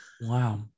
Wow